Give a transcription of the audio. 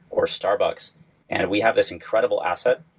or starbucks and we have this incredible asset,